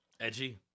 Edgy